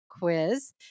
quiz